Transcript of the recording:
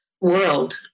world